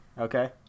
okay